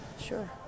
Sure